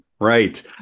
Right